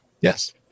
Yes